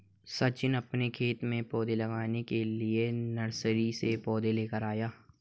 सचिन अपने खेत में पौधे लगाने के लिए नर्सरी से पौधे लेकर आया